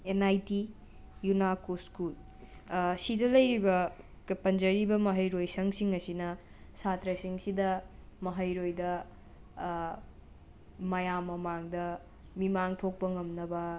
and I T ꯌꯨꯅꯥꯀꯣ school ꯑꯁꯤꯗ ꯂꯩꯔꯤꯕ ꯄꯟꯖꯔꯤꯕ ꯃꯍꯩꯔꯣꯏꯁꯪꯁꯤꯡ ꯑꯁꯤꯅ ꯁꯥꯇ꯭ꯔꯁꯤꯡꯁꯤꯗ ꯃꯍꯩꯔꯣꯏꯗ ꯃꯌꯥꯝ ꯃꯃꯥꯡꯗ ꯃꯤꯃꯥꯡ ꯊꯣꯛꯄ ꯉꯝꯅꯕ